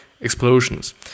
explosions